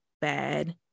Bad